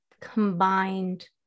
combined